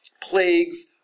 plagues